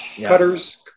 Cutters